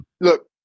look